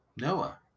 Noah